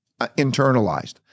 internalized